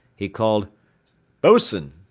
he called boatswain!